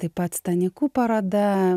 taip pat stanikų paroda